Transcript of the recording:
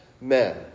men